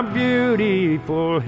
beautiful